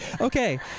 Okay